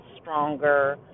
stronger